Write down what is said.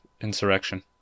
Insurrection